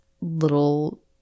little